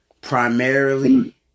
Primarily